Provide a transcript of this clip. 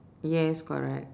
yes correct